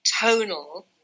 tonal